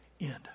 end